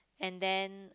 and then